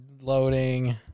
loading